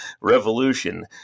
Revolution